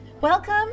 Welcome